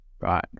right